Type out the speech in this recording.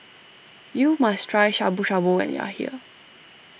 you must try Shabu Shabu when you are here